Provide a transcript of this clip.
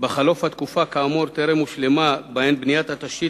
בחלוף התקופה כאמור טרם הושלמה בהן בניית התשתית